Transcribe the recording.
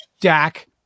Dak